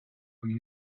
und